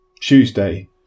Tuesday